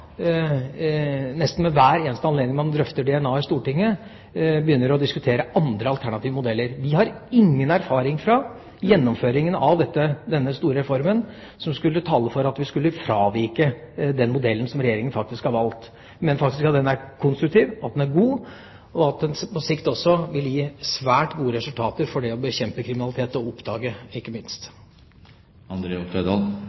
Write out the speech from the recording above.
nesten ved hver eneste anledning man drøfter DNA i Stortinget, begynner å diskutere alternative modeller. Vi har ingen erfaring fra gjennomføringa av denne store reformen som skulle tale for at vi skulle fravike den modellen som Regjeringa faktisk har valgt. Vi mener at den er konstruktiv, at den er god, og at den på sikt også vil gi svært gode resultater når det gjelder å bekjempe kriminalitet – og oppdage den, ikke minst.